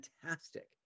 fantastic